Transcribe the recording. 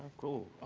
cool.